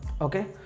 Okay